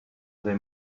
they